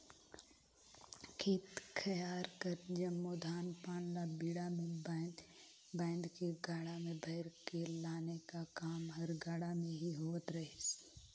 खेत खाएर कर जम्मो धान पान ल बीड़ा मे बाएध बाएध के गाड़ा मे भइर के लाने का काम हर गाड़ा मे ही होवत रहिस